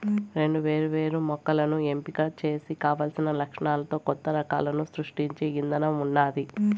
రెండు వేరు వేరు మొక్కలను ఎంపిక చేసి కావలసిన లక్షణాలతో కొత్త రకాలను సృష్టించే ఇధానం ఉన్నాది